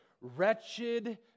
wretched